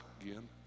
again